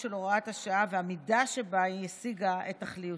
של הוראת השעה והמידה שבה היא השיגה את תכליתה.